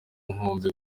nkombe